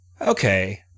Okay